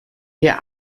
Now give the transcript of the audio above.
wir